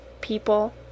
people